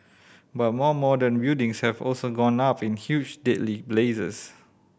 but more modern buildings have also gone up in huge deadly blazes